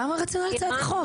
למה רציונל הצעת החוק?